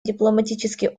дипломатический